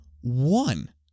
one